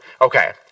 okay